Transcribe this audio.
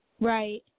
Right